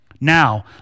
Now